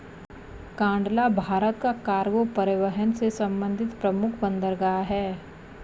कांडला भारत का कार्गो परिवहन से संबंधित प्रमुख बंदरगाह है